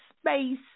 space